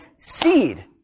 Seed